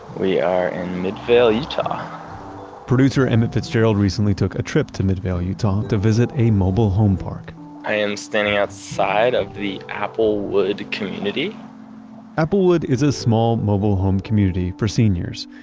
we are in and midvale, utah producer emmett fitzgerald recently took a trip to midvale, utah, to visit a mobile home park i am standing outside of the applewood community applewood is a small mobile home community for seniors.